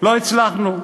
לא הצלחנו.